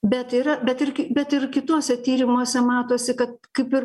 bet yra bet ir bet ir kituose tyrimuose matosi kad kaip ir